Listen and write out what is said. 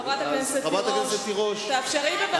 חברת הכנסת תירוש, תאפשרי בבקשה לשר להמשיך.